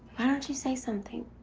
why don't you say something?